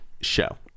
show